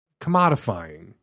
commodifying